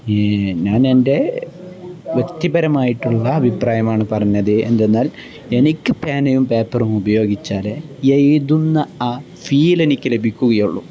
ഞാൻ എൻ്റെ വ്യക്തിപരമായിട്ടുള്ള അഭിപ്രായമാണ് പറഞ്ഞത് എന്തെന്നാൽ എനിക്ക് പേനയും പേപ്പറും ഉപയോഗിച്ചാല് എഴുതുന്ന ആ ഫീൽ എനിക്കു ലഭിക്കുകയുള്ളൂ